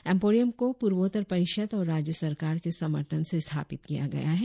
emporium को पुर्वोत्तर परिषद और राज्य सरकार के समर्थन से स्थापित किया गया है